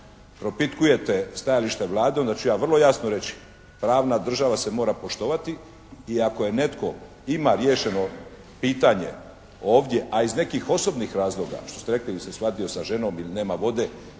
propitkujete stajališta Vlade onda ću ja vrlo jasno reći. Pravna država se mora poštovati i ako netko ima riješeno pitanje ovdje a iz nekih osobnih razloga što ste rekli, nisam shvatio, sa ženom ili nema vode